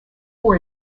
for